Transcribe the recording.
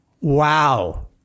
Wow